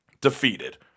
defeated